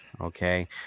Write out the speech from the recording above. okay